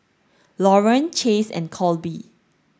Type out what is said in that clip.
Lauren Chase and Colby